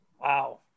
wow